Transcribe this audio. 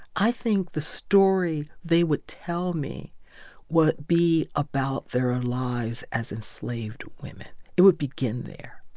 i think the story they would tell me would be about their lives as enslaved women. it would begin there.